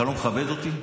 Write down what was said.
אתה לא מכבד אותי.